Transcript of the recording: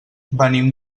venim